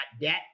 debt